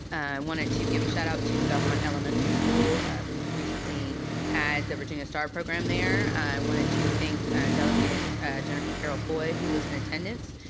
wanted to give a shout out to belmont elementary school um who recently had the virginia star program there. i wanted to thank delegate jennifer carroll foy who was in attendance.